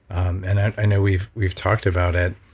and i know we've we've talked about it.